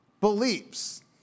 believes